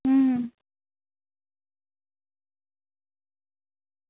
अं